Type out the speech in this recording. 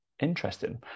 Interesting